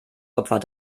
opfer